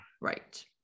Right